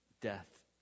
death